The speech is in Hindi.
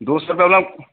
दो सौ रुपये वाला